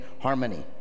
harmony